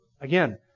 again